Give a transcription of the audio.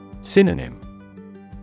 Synonym